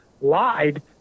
lied